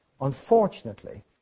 unfortunately